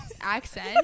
accent